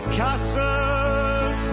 castles